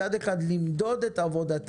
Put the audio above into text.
מצד אחד למדוד את עבודתם,